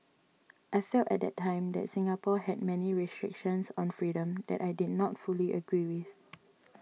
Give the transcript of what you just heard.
I felt at the time that Singapore had many restrictions on freedom that I did not fully agree with